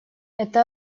это